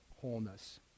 wholeness